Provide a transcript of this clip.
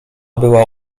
była